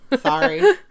Sorry